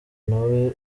ntawe